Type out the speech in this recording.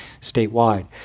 statewide